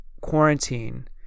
quarantine